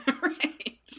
Right